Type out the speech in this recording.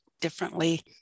differently